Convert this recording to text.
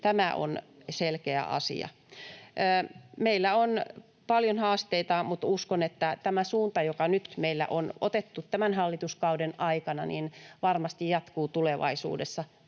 Tämä on selkeä asia. Meillä on paljon haasteita, mutta uskon, että tämä suunta, joka nyt meillä on otettu tämän hallituskauden aikana, varmasti jatkuu tulevaisuudessa.